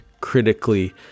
critically